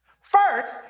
First